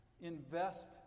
Invest